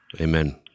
Amen